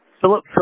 Philip